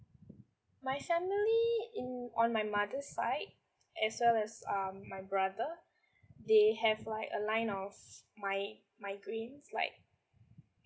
my family in on my mother's side as well as um my brother they have like a line of mi~ migraines like